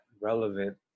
relevant